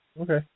Okay